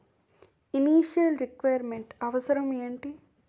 Initial requirement అవసరం ఎంటి?